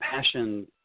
passion